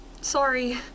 Sorry